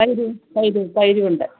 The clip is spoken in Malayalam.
തൈര് തൈര് തൈരും ഉണ്ട്